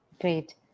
Great